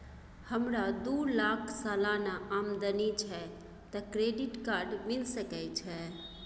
हमरा दू लाख सालाना आमदनी छै त क्रेडिट कार्ड मिल सके छै?